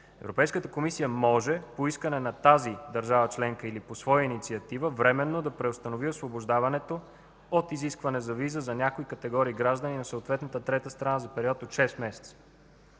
Европейската комисия може по искане на тази държава членка или по своя инициатива временно да преустанови освобождаването от изискване за виза за някои категории граждани на съответната трета страна за период от шест месеца.